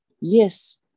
Yes